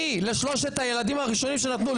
לשלושת הילדים הראשונים שנתנו,